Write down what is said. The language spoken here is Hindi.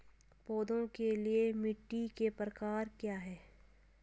पौधों के लिए मिट्टी के प्रकार क्या हैं?